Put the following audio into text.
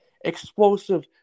explosive